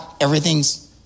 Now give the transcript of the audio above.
everything's